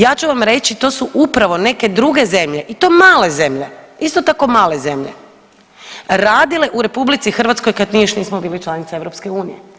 Ja ću vam reći to su upravo neke druge zemlje i to male zemlje isto tako male zemlje radile u RH kad mi još nismo bili članica EU.